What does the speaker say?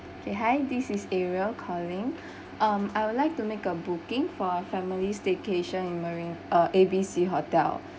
okay hi this is ariel calling um I would like to make a booking for a family staycation in marine uh A B C hotel